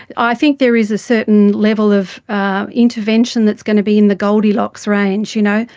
i think there is a certain level of intervention that's going to be in the goldilocks range, you know,